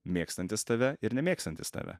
mėgstantis tave ir nemėgstantis tave